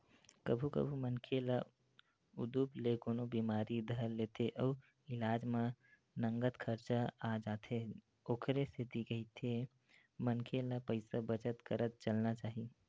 कभू कभू मनखे ल उदुप ले कोनो बिमारी धर लेथे अउ इलाज म नँगत खरचा आ जाथे ओखरे सेती कहिथे मनखे ल पइसा बचत करत चलना चाही